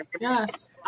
Yes